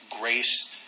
grace